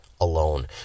Alone